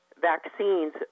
vaccines